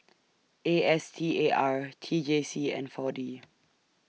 A S T A R T J C and four D